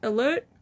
Alert